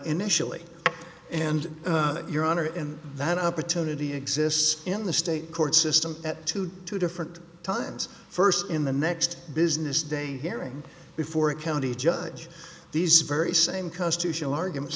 initially and that your honor in that opportunity exists in the state court system at two different times first in the next business day hearing before a county judge these very same cuss to show arguments